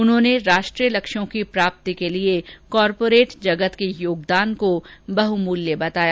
उन्होंने राष्ट्रीय लक्ष्यों की प्राप्ति के लिए कॉरपोरेट जगत के योगदान को बहुमूल्य बताया